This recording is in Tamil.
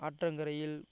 ஆற்றங்கரையில்